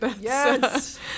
Yes